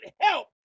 help